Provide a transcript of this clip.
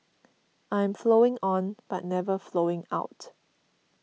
I am flowing on but never flowing out